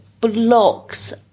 blocks